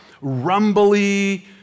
rumbly